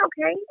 okay